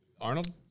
Arnold